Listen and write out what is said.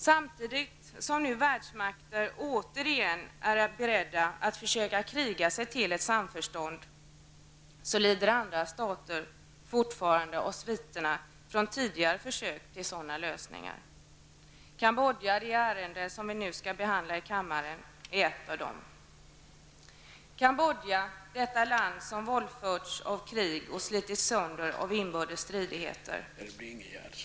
Samtidigt som nu världsmakter återigen är beredda att försöka kriga sig till ett samförstånd, lider andra stater fortfarande av sviterna från tidigare försök till sådana lösningar. Kambodja, det ärende som vi nu skall behandla i kammaren, är ett av dem. Kambodja, detta land som våldförts av krig och slitits sönder av inbördes stridigheter.